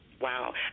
Wow